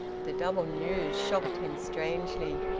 the double news shocked him strangely.